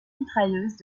mitrailleuses